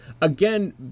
again